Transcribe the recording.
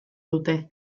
dute